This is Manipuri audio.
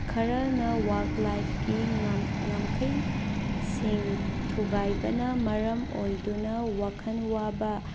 ꯈꯔꯅ ꯋꯥꯛ ꯂꯥꯏꯐꯀꯤ ꯉꯝꯈꯩꯁꯤꯡ ꯊꯨꯒꯥꯏꯕꯅ ꯃꯔꯝ ꯑꯣꯏꯗꯨꯅ ꯋꯥꯈꯟ ꯋꯥꯕ